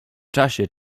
czasie